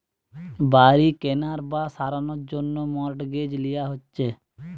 বাড়ি কেনার বা সারানোর জন্যে মর্টগেজ লিয়া হচ্ছে